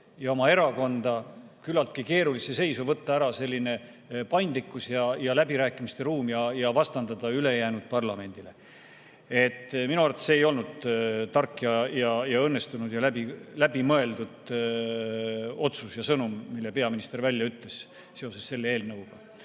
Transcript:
ja oma erakonda küllaltki keerulisse seisu, võtta ära selline paindlikkus ja läbirääkimiste ruum ja vastanduda ülejäänud parlamendile. Minu arvates see ei olnud tark ja õnnestunud ja läbi mõeldud otsus ja sõnum, mille peaminister välja ütles seoses selle eelnõuga.